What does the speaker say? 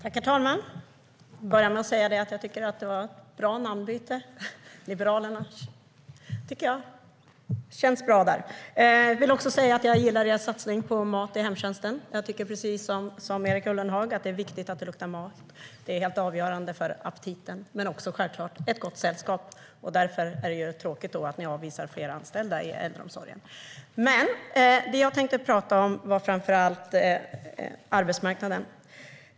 Herr talman! Jag vill börja med att säga att jag tycker att namnbytet till Liberalerna var bra. Jag gillar er satsning på mat i hemtjänsten, Erik Ullenhag. Jag tycker precis som du att det är viktigt att det luktar mat. Det är helt avgörande för aptiten och ger också ett gott sällskap. Därför är det tråkigt att ni avvisar fler anställda i äldreomsorgen. Det jag tänkte prata om var framför allt arbetsmarknaden.